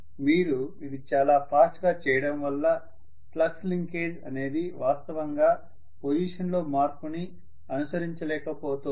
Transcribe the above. మీరు ఇది చాలా ఫాస్ట్ గా చేయడం వల్ల ఫ్లక్స్ లింకేజ్ అనేది వాస్తవంగా పొజిషన్ లో మార్పుని అనుసరించలేకపోతోంది